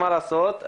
מה לעשות,